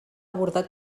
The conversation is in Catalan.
bordat